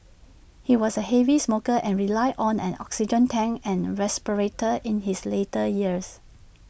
he was A heavy smoker and relied on an oxygen tank and respirator in his later years